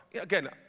again